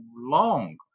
long